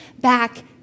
back